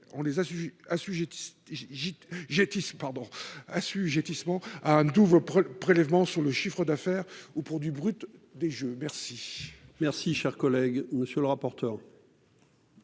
pardon assujettissement à un double prélèvement sur le chiffre d'affaires ou pour du brut des jeux merci. Merci, cher collègue, monsieur le rapporteur.